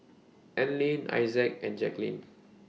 Allene Issac and Jacklyn